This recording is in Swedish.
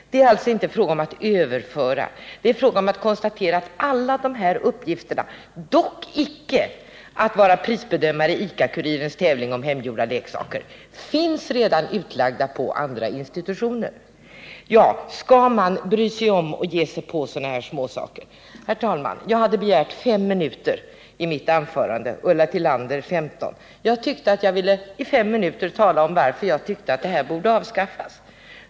Det är alltså inte fråga om att överföra, utan det gäller att konstatera att alla de här uppgifterna — dock icke att vara prisbedömare i ICA-Kurirens tävling om hemmagjorda leksaker — redan finns utlagda på andra institutioner. Skall man bry sig om att ge sig på sådana här småsaker? Jag hade, herr talman, begärt 5 minuter för mitt anförande, Ulla Tillander 15. Jag ville under 5 minuter tala om varför jag tycker att lekmiljörådet borde avskaffas.